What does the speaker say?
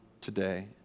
today